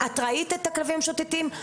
את ראית את הכלבים המשוטטים?